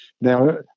Now